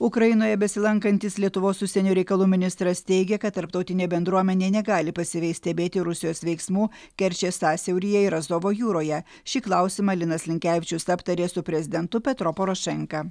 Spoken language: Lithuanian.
ukrainoje besilankantis lietuvos užsienio reikalų ministras teigė kad tarptautinė bendruomenė negali pasyviai stebėti rusijos veiksmų kerčės sąsiauryje ir azovo jūroje šį klausimą linas linkevičius aptarė su prezidentu petro porošenka